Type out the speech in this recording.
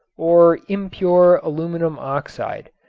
or impure aluminum oxide,